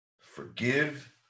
Forgive